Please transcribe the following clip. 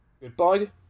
Goodbye